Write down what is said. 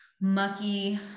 mucky